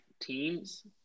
teams